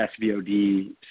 SVOD